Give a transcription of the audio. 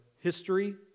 history